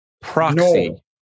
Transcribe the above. Proxy